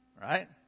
Right